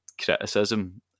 criticism